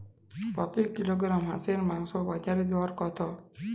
প্রতি কিলোগ্রাম হাঁসের মাংসের বাজার দর কত?